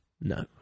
No